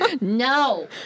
No